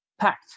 packed